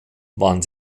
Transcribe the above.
waren